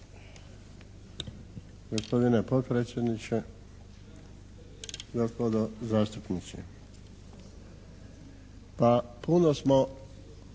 Gospodine potpredsjedniče, gospodo zastupnici. Pa puno smo